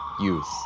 Youth